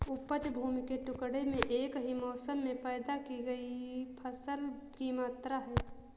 उपज भूमि के टुकड़े में एक ही मौसम में पैदा की गई फसल की मात्रा है